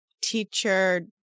teacher